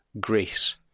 GRACE